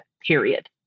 period